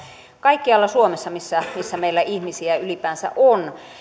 kaikkialla suomessa missä meillä ihmisiä ylipäänsä on